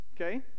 okay